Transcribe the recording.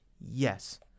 Yes